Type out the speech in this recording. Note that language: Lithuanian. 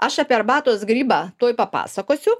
aš apie arbatos grybą tuoj papasakosiu